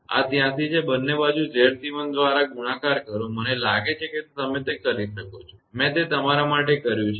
આ 83 છે બંને બાજુ 𝑍𝑐1 દ્વારા ગુણાકાર કરો મને લાગે છે કે તમે તે કરી શકો છો મેં તે તમારા માટે કર્યું છે